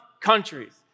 countries